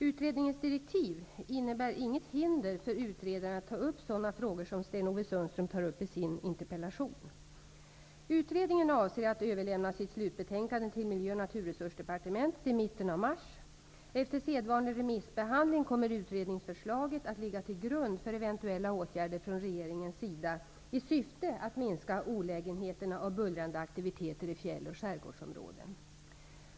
Utredningens direktiv innebär inget hinder för utredaren att ta upp sådana frågor som Sten-Ove Sundström tar upp i sin interpellation. Utredningen avser att överlämna sitt slutbetänkande till Miljö och naturresursdepartementet i mitten av mars. Efter sedvanlig remissbehandling kommer utredningsförslaget att ligga till grund för eventuella åtgärder från regeringens sida i syfte att minska olägenheterna av bullrande aktiviteter i fjäll och skärgårdsområden.